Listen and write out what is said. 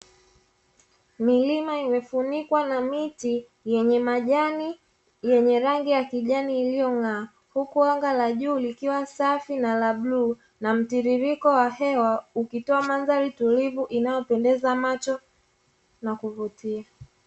Milima imefunikwa na miti yenye majani yenye rangi ya kijani iliyong'aa, huku anga la juu likiwa safi na la bluu na mtiririko wa hewa ukitoa mandhari tulivu inayopendeza macho na kuvutia.